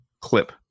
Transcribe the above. clip